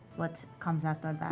what comes after that?